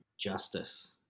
Justice